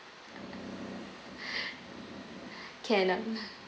cannot